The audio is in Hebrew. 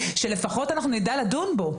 שאנחנו צריכים לפחות לדעת לדון בו,